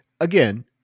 again